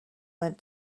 went